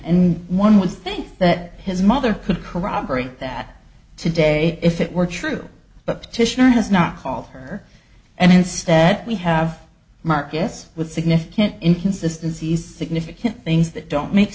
and one would think that his mother could corroborate that today if it were true but has not called her and instead we have markets with significant inconsistency significant things that don't make